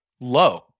low